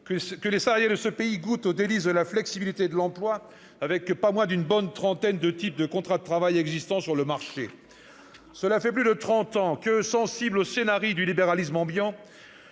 que les salariés de ce pays goûtent aux délices de la flexibilité de l'emploi, avec pas moins d'une bonne trentaine de types de contrat de travail existant sur le marché ? Cela fait plus de trente ans que, sensibles aux scenarios du libéralisme ambiant,